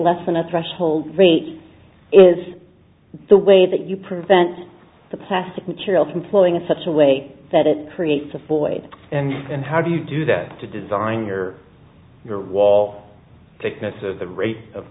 less than a thresholds rate is the way that you prevent the plastic material from flowing in such a way that it creates a boy and how do you do that to design your your wall thickness of the rate of